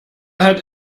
hat